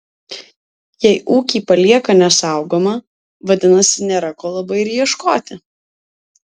jei ūkį palieka nesaugomą vadinasi nėra ko labai ir ieškoti